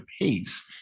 pace